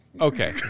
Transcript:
Okay